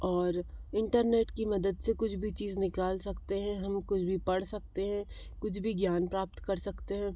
और इंटरनेट की मदद से कुछ भी चीज़ निकल सकते हैं हम हम कुछ भी पढ़ सकते हैं कुछ भी ज्ञान प्राप्त कर सकते हैं